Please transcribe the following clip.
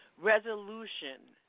Resolution